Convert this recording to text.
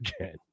again